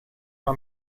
una